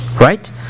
Right